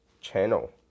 channel